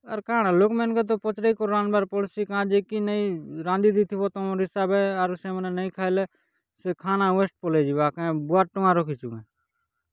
ଆରେ କାଁଣ ଲୋକମାନଙ୍କ ତ ପଚରାଏକା ବାରମ୍ୱାର ପଡ଼ୁସି କାଁ ଯେ କି ନାଇ ରାନ୍ଧି ଦେଇଥିବ ତମ ହିସାବେ ଆରୁ ସେମାନେ ନାଇ ଖାଇଲେ ସେ ଖାନା ୱେଷ୍ଟ୍ ପଳେଇ ଯିବା କାଇଁ ବଡ଼୍ ଟଙ୍କା ରଖିଚୁ କି